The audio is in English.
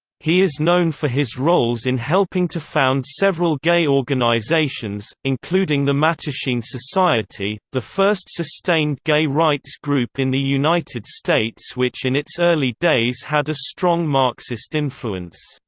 he is known for his roles in helping to found several gay organizations, including the mattachine society, the first sustained gay rights group in the united states which in its early days had a strong marxist influence.